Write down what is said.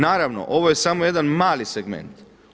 Naravno ovo je samo jedan mali segment.